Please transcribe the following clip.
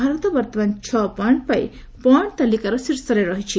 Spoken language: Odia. ଭାରତ ବର୍ତ୍ତମାନ ଛଅ ପଏଙ୍କ ପାଇ ପଏଙ୍କ ତାଲିକାର ଶୀର୍ଷରେ ରହିଛି